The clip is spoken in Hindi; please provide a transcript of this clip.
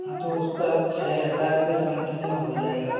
हाँ तो उसका छः हजार के समथिंग में हो जाएगा